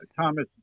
Thomas